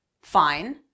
Fine